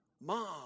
Mom